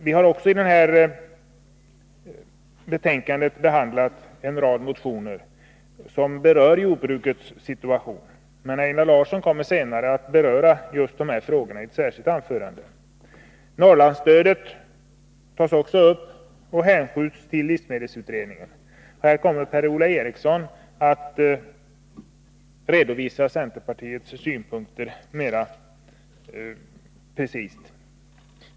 Vi har också i betänkandet behandlat en rad motioner som rör jordbrukets situation, men Einar Larsson kommer senare att ta upp dessa frågor i sitt anförande. Norrlandsstödet behandlas också och hänskjuts till livsmedelsutredningen. Därvidlag kommer Per-Ola Eriksson att redovisa centerpartiets synpunkter mera ingående.